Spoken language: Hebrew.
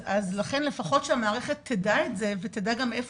אז לכן לפחות שהמערכת תדע את זה ותדע גם מאיפה